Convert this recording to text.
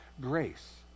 grace